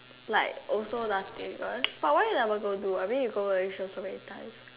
like also nothing one but why you never go do I mean you go Malaysia so many times